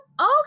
Okay